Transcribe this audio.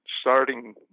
starting